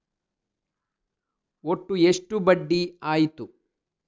ಒಟ್ಟು ಎಷ್ಟು ಬಡ್ಡಿ ಆಯಿತು?